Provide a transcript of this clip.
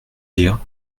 dire